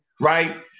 right